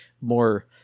more